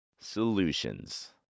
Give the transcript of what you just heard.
Solutions